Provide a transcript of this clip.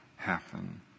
happen